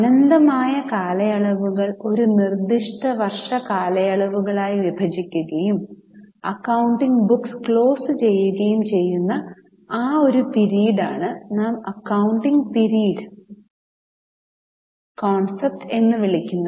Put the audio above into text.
അനന്തമായ കാലയളവുകൾ ഒരു നിർദ്ദിഷ്ട വർഷ കാലയളവുകളായി വിഭജിക്കുകയും അക്കൌണ്ടിംഗ് ബുക്ക്സ് ക്ലോസ് ചെയ്യുകയും ചെയ്യുന്ന ആ ഒരു പീരീഡ് ആണ് നാം അക്കൌണ്ടിംഗ് പീരീഡ് കോൺസെപ്റ് എന്ന് വിളിക്കുന്നു